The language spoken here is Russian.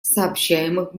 сообщаемых